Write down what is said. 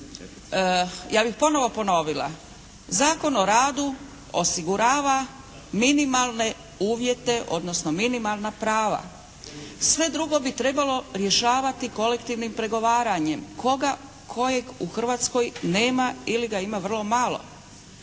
ja bih ponovo ponovila. Zakon o radu osigurava minimalne uvjete odnosno minimalna prava. Sve drugo bi trebalo rješavati kolektivnim pregovaranjem kojeg u Hrvatskoj nema ili ga ima vrlo malo.